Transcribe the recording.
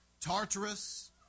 Tartarus